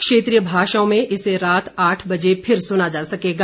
क्षेत्रीय भाषाओं में इसे रात आठ बजे फिर सुना जा सकेगा